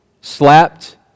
slapped